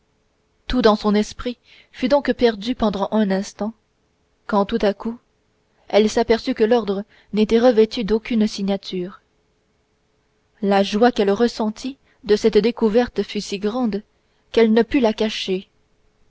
tout dans son esprit fut donc perdu pendant un instant quand tout à coup elle s'aperçut que l'ordre n'était revêtu d'aucune signature la joie qu'elle ressentit de cette découverte fut si grande qu'elle ne put la cacher